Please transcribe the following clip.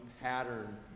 pattern